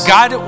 God